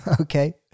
okay